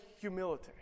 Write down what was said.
humility